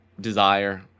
desire